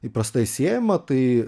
įprastai siejama tai